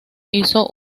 hizo